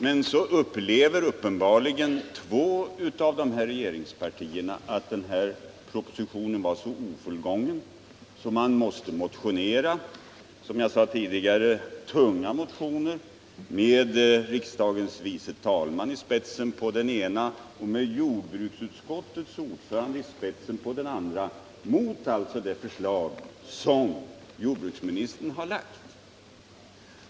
Men så upplever uppenbarligen folkpartiet och centerpartiet att propositionen är så ofullkomlig att de måste väcka motioner i anslutning till den. Man avger. som 155 jag sagt tidigare, tunga motioner med riksdagens tredje vice talman som första namn på den ena och med jordbruksutskottets ordförande som första namn på den andra. Det är motioner som går emot det förslag som jordbruksministern har lagt.